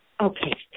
Okay